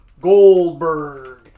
Goldberg